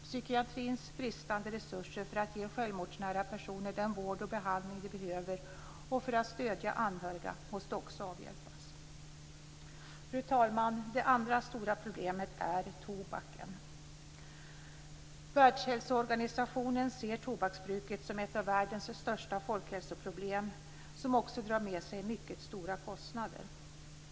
Psykiatrins bristande resurser för att ge självmordsnära personer den vård och behandling de behöver och för att stödja anhöriga måste också avhjälpas. Fru talman! Det andra stora problemet är tobaken. Världshälsoorganisationen ser tobaksbruket som ett av världens största folkhälsoproblem, som också drar med sig mycket stora kostnader.